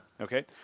Okay